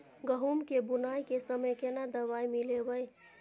गहूम के बुनाई के समय केना दवाई मिलैबे?